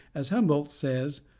as humboldt says,